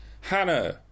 Hannah